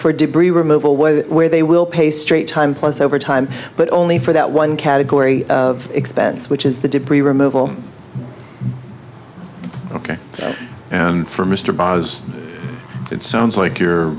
way where they will pay straight time plus overtime but only for that one category of expense which is the debris removal ok and for mr baez it sounds like you're